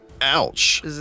Ouch